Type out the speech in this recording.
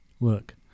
look